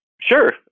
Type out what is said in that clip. Sure